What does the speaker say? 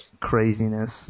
craziness